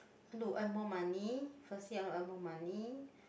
look earn more money firstly I want to earn more money